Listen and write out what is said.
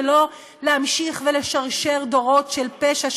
ולא להמשיך ולשרשר דורות של פשע,